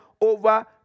over